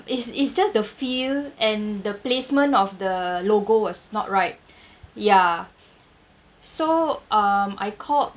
it's it's just the feel and the placement of the logo was not right ya so um I called